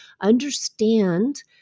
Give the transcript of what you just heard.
understand